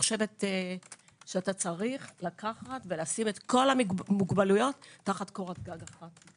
אתה צריך לשים את כל המוגבלויות תחת קורת גג אחת.